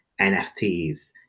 NFTs